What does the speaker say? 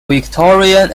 victorian